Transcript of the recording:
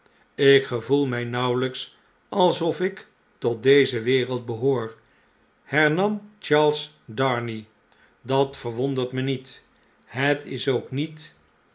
lk gevoel ran nauweln'ks alsofik tot deze wereld behoor hernam charles darnay dat ve'rwondert me niet het is ook niet